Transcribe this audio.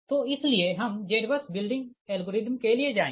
तो इसीलिए हम ZBUS बिल्डिंग एल्गोरिदम के लिए जाएँगे